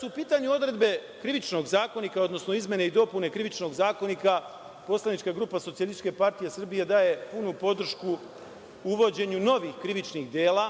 su u pitanju odredbe Krivičnog zakonika, odnosno izmene i dopune Krivičnog zakonika, poslanička grupa Socijalističke partije Srbije daje punu podršku uvođenju novih krivičnih dela,